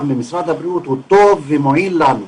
ממשרד הבריאות הוא טוב ומועיל לנו,